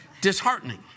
disheartening